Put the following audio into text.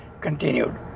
continued